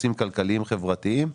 בנושאים כלכליים-חברתיים.